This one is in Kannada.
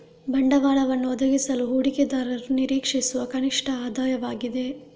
ಬಂಡವಾಳವನ್ನು ಒದಗಿಸಲು ಹೂಡಿಕೆದಾರರು ನಿರೀಕ್ಷಿಸುವ ಕನಿಷ್ಠ ಆದಾಯವಾಗಿದೆ